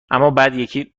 امابعدیکی